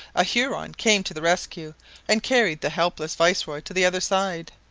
a huron came to the rescue and carried the helpless viceroy to the other side.